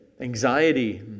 Anxiety